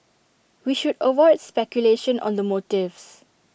we should avoid speculation on the motives